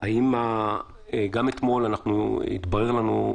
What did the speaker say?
גם אתמול התברר לנו: